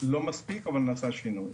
לא מספיק אבל נעשה שינוי.